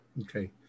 Okay